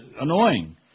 annoying